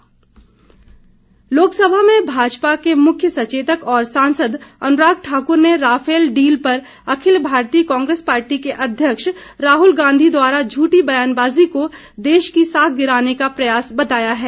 अनुराग लोकसभा में भाजपा के मुख्य सचेतक और सांसद अनुराग ठाकुर ने राफेल डील पर अखिल भारतीय कांग्रेस पार्टी के अध्यक्ष राहुल गांधी द्वारा झूठी बयानबाजी को देश की साख गिराने का प्रयास बताया है